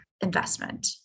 investment